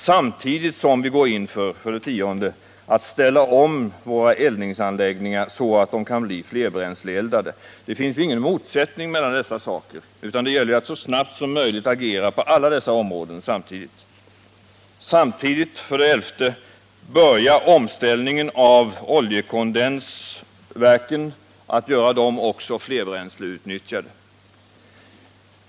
Samtidigt måste vi gå in för att ställa om våra eldningsanläggningar, så att de kan bli flerbränsleeldade. Det finns ingen motsättning mellan dessa saker, utan det gäller att så snabbt som möjligt agera på alla dessa områden. 11. Vi måste börja omställningen också av oljekondensverken, så att även de kan bli flerbränsleutnyttjade.